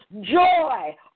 joy